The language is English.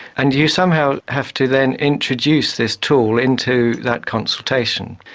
and you somehow have to then introduce this tool into that consultation.